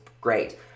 great